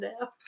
now